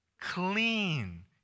Clean